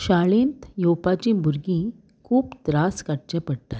शाळेंत येवपाची भुरगीं खूब त्रास काडचें पडटात